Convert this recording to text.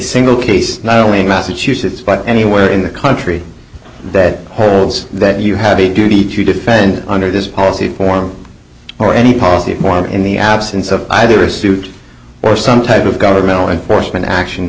single case not only in massachusetts but anywhere in the country that holds that you have a duty to defend under this policy form or any policy more in the absence of either a suit or some type of governmental enforcement action